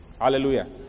Hallelujah